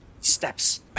steps